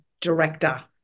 director